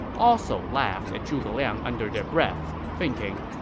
also laughed at zhuge liang under their breaths, thinking,